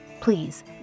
please